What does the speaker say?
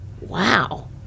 Wow